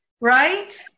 Right